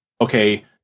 okay